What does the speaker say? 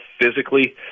physically